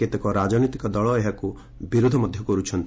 କେତେକ ରାଜନୈତିକ ଦଳ ଏହାକୁ ବିରୋଧ କର୍ବଛନ୍ତି